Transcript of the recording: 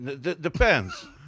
Depends